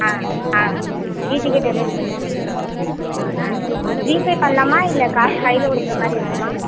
ஆ ஆ வீட்டுக்கே டெலிவரி பண்ணிடுங்க ஆ ஜிபே பண்ணலாமா இல்லை காசு கையில கொடுக்குற மாதிரி இருக்குமா